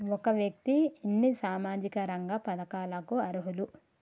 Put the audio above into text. ఒక వ్యక్తి ఎన్ని సామాజిక రంగ పథకాలకు అర్హులు?